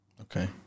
Okay